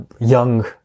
young